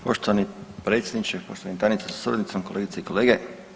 Poštovani predsjedniče, poštovani tajniče sa suradnicima, kolegice i kolege.